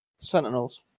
Sentinels